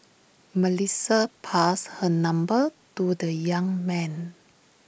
Melissa passed her number to the young man